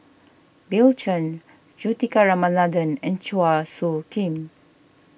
Bill Chen Juthika Ramanathan and Chua Soo Khim